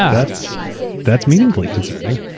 ah that's that's meaningfully concerning.